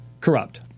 corrupt